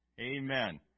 Amen